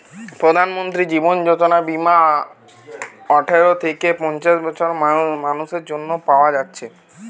প্রধানমন্ত্রী জীবন যোজনা বীমা আঠারো থিকে পঞ্চাশ বছরের মানুসের জন্যে পায়া যাচ্ছে